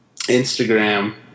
Instagram